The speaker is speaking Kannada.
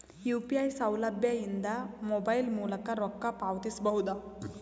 ಯು.ಪಿ.ಐ ಸೌಲಭ್ಯ ಇಂದ ಮೊಬೈಲ್ ಮೂಲಕ ರೊಕ್ಕ ಪಾವತಿಸ ಬಹುದಾ?